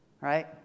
right